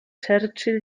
churchill